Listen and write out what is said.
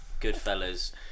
Goodfellas